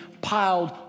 piled